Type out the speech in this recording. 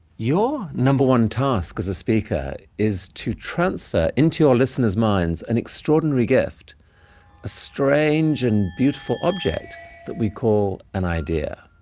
your number one task as a speaker is to transfer into your listeners' minds an extraordinary gift a strange and beautiful object that we call an idea.